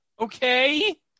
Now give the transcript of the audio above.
Okay